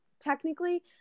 technically